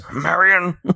Marion